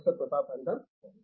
professor Pratap Haridas సరే